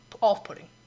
Off-putting